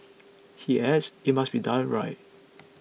he adds it must be done right